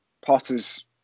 Potter's